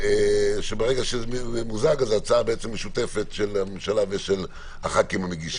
שברגע שזה ממוזג אז זו הצעה משותפת של הממשלה ושל הח"כים המגישים.